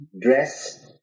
Dress